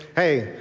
hey,